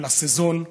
של הסזון,